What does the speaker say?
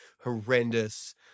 horrendous